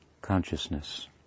consciousness